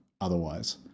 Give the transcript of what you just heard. otherwise